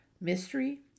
mystery